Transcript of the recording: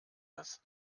das